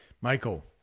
Michael